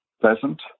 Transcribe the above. pleasant